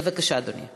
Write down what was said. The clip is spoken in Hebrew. בבקשה, אדוני.